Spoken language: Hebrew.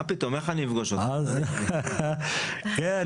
מה פתאום, איך אני אפגוש אותך?